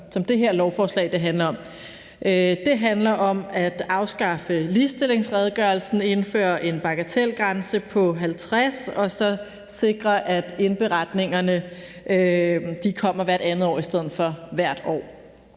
Det handler om at afskaffe ligestillingsredegørelsen, indføre en bagatelgrænse på 50 medarbejdere og så sikre, at indberetningerne kommer hvert andet år i stedet for hvert år.